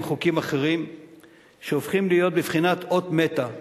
חוקים אחרים שהופכים להיות בבחינת אות מתה.